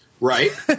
Right